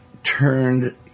Turned